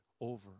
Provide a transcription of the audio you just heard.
over